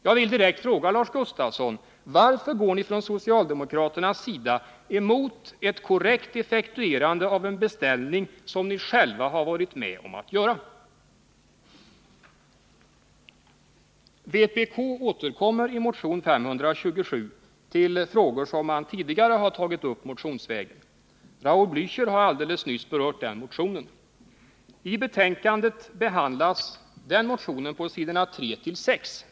Jag vill direkt fråga Lars Gustafsson: Varför går ni från socialdemokraterna emot ett korrekt effektuerande av en beställning som ni själva har varit med om att göra? Vpk återkommer i motion 527 till frågor som man tidigare har tagit upp motionsvägen. Raul Blächer har alldeles nyss berört den motionen. I betänkandet behandlas den på s. 3-6.